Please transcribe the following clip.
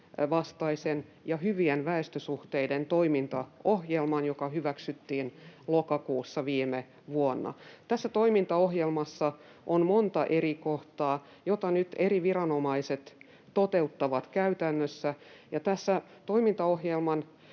rasisminvastaisen ja hyvien väestösuhteiden toimintaohjelman, joka hyväksyttiin lokakuussa viime vuonna. Tässä toimintaohjelmassa on monta eri kohtaa, joita nyt eri viranomaiset toteuttavat käytännössä. Tämän toimintaohjelman